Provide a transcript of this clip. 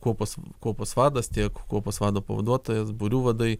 kuopos kuopos vadas tiek kuopos vado pavaduotojas būrių vadai